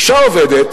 אשה עובדת